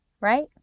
right